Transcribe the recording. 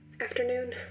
Afternoon